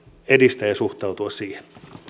edistää ja siihen